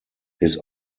his